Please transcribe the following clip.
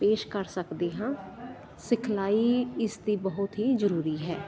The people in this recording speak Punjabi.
ਪੇਸ਼ ਕਰ ਸਕਦੇ ਹਾਂ ਸਿਖਲਾਈ ਇਸ ਦੀ ਬਹੁਤ ਹੀ ਜ਼ਰੂਰੀ ਹੈ